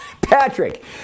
Patrick